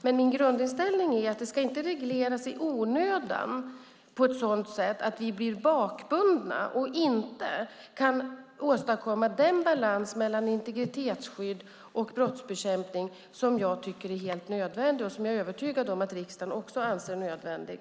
Men min grundinställning är att det inte ska regleras i onödan på ett sådant sätt att vi blir bakbundna och inte kan åstadkomma den balans mellan integritetsskydd och brottsbekämpning som jag tycker är helt nödvändig och som jag är övertygad om att också riksdagen anser är nödvändig.